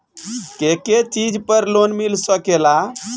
के के चीज पर लोन मिल सकेला?